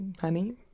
honey